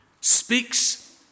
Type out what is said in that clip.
speaks